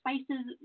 spices